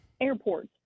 airports